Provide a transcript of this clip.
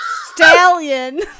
stallion